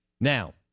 now